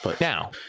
Now